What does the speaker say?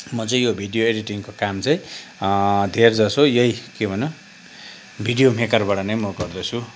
म चाहिँ यो भिडियो ए़डिटिङको काम चाहिँ धेर जसो यही के भन्नु भिडियो मेकरबाट नै म गर्दछु